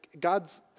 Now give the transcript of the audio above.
God's